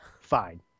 Fine